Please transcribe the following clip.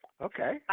Okay